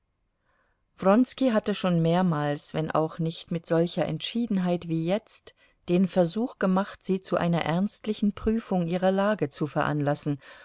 wronski hatte schon mehrmals wenn auch nicht mit solcher entschiedenheit wie jetzt den versuch gemacht sie zu einer ernstlichen prüfung ihrer lage zu veranlassen